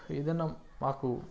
ఏదన్నా మాకు